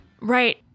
Right